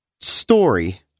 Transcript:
story